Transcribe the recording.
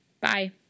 Bye